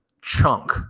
chunk